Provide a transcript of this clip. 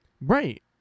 right